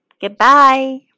Goodbye